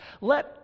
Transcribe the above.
let